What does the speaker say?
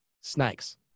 snakes